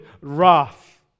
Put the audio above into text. wrath